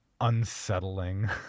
unsettling